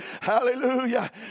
Hallelujah